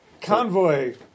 Convoy